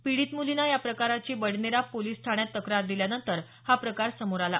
पिडीत मुलीने या प्रकाराची बडेनरा पोलीस ठाण्यात तक्रार दिल्यानं हा प्रकार समोर आला